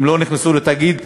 הם לא נכנסו לתאגיד.